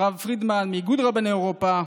והרב פרידמן מאיגוד רבני אירופה,